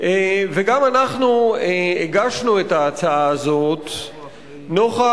וגם אנחנו הגשנו את ההצעה הזו נוכח